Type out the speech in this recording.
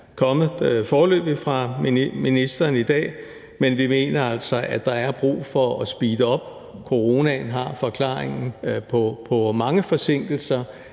kommet fra ministeren i dag, men vi mener altså, at der er brug for at speede op. Coronaen er forklaringen på mange forsinkelser,